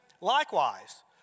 likewise